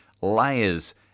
layers